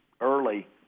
early